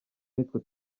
nitwe